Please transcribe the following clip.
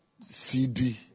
CD